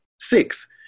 Six